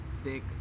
thick